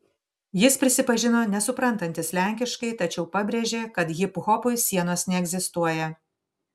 jis prisipažino nesuprantantis lenkiškai tačiau pabrėžė kad hiphopui sienos neegzistuoja